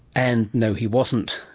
and no, he wasn't.